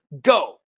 go